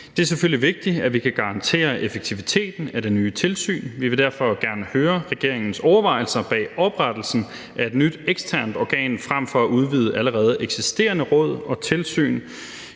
Det er selvfølgelig vigtigt, at vi kan garantere effektiviteten af det nye tilsyn. Vi vil derfor gerne høre regeringens overvejelser bag at oprette et nyt eksternt organ frem for at udvide allerede eksisterende råd og tilsyn.